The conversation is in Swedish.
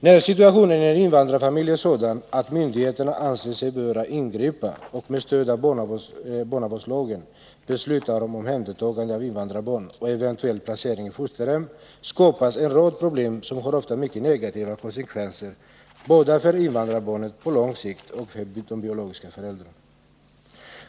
När situationen i en invandrarfamilj är sådan, att myndigheterna anser sig böra ingripa och med stöd av barnavårdslagen besluta om omhändertagande av invandrarbarn och om eventuell placering i fosterhem, skapas en rad problem med ofta mycket negativa konsekvenser både för invandrarbarnen på lång sikt och för de biologiska föräldrarna.